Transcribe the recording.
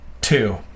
two